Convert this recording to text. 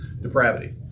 depravity